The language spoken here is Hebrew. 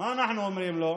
מה אנחנו אומרים לו?